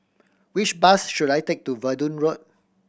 which bus should I take to Verdun Road